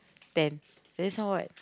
ten then sound what